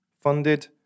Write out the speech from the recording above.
funded